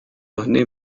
loni